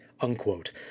unquote